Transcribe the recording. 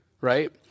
Right